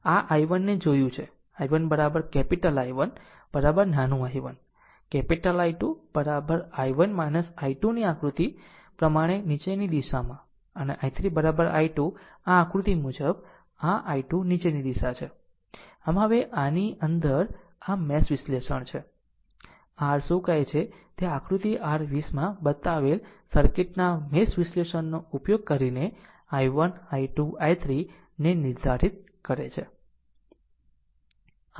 આ છે આ I1 ને જોયું છેI1 કેપીટલ I1 નાનું I1 capital I2 I1 I2 ની આકૃતિ પ્રમાણે નીચેની દિશામાં અને I3 I2 આ આકૃતિ મુજબ આ r આ I2 નીચેની દિશા છે આમ હવે આની અંદર આ મેશ વિશ્લેષણ છે આમ r શું કહે છે કે આકૃતિ r 20 માં બતાવેલ સર્કિટના મેશ વિશ્લેષણનો ઉપયોગ કરીનેI1 I2 I3 ને નિર્ધારિત કરે છે